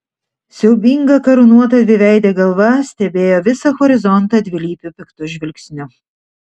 siaubinga karūnuota dviveidė galva stebėjo visą horizontą dvilypiu piktu žvilgsniu